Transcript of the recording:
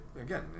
Again